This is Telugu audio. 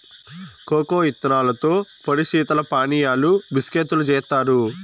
కోకో ఇత్తనాలతో పొడి శీతల పానీయాలు, బిస్కేత్తులు జేత్తారు